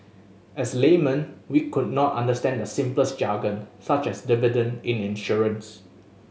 as laymen we could not understand the simplest jargon such as dividend in insurance